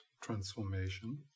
transformation